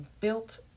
built